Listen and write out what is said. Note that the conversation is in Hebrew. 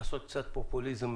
ולעשות קצת פופוליזם,